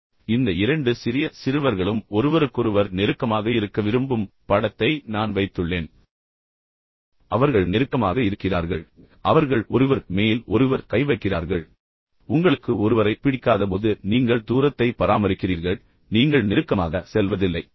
எனவே இந்த இரண்டு சிறிய சிறுவர்களும் ஒருவருக்கொருவர் நெருக்கமாக இருக்க விரும்பும் படத்தை நான் வைத்துள்ளேன் அவர்கள் நெருக்கமாக இருக்க விரும்புகிறார்கள் அவர்கள் ஒருவர் மேல் ஒருவர் கை வைக்கிறார்கள் ஆனால் உங்களுக்கு உங்களுக்கு ஒருவரைப் பிடிக்காதபோது நீங்கள் தூரத்தை பராமரிக்க முயற்சிக்கிறீர்கள் நீங்கள் நெருக்கமாக செல்ல விரும்பவில்லை